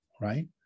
right